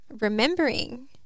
remembering